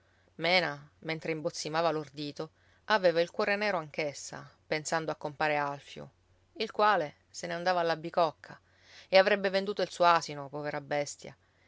mena mentre imbozzimava l'ordito aveva il cuore nero anch'essa pensando a compare alfio il quale se ne andava alla bicocca e avrebbe venduto il suo asino povera bestia